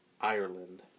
Ireland